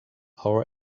our